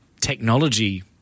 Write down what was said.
technology